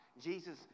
Jesus